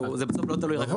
זה בסוף לא תלוי רק בנו.